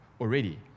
already